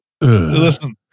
Listen